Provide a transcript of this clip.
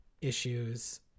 issues